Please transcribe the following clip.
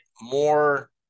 more